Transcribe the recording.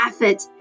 effort